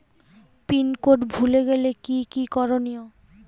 Pin code ভুলে গেলে কি কি করনিয়?